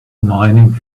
mining